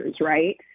right